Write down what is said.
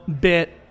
bit